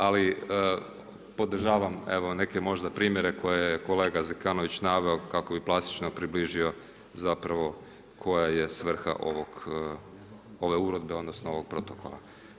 Ali, podržavam, evo neke možda primjere, koje je kolega Zekanović naveo, kako bi plastično približio zapravo koja je svrha ove uredbe, odnosno, ovog protokola.